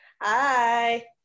Hi